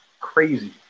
crazy